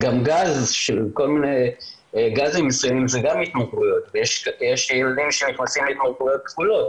גזים מסוימים זה גם התמכרויות ויש ילדים שנכנסים להתמכרויות כפולות,